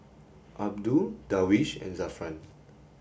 Abdul Darwish and Zafran